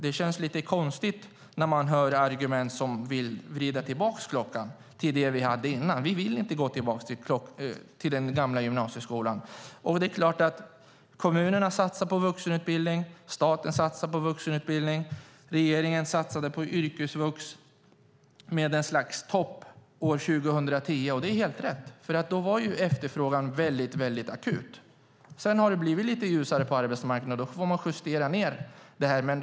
Det känns lite konstigt när man hör argumenten från dem som vill vrida tillbaka klockan och gå tillbaka till det som vi hade tidigare. Vi vill inte gå tillbaka till den gamla gymnasieskolan. Kommunerna satsar på vuxenutbildning, staten satsar på vuxenutbildning och regeringen satsade på yrkesvux med en topp 2010. Det var helt rätt, för då var efterfrågan väldigt akut. Sedan har det blivit lite ljusare på arbetsmarknaden. Då får man justera ned det här.